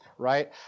right